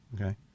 Okay